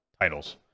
titles